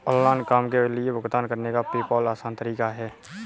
online काम के लिए भुगतान करने का पेपॉल आसान तरीका है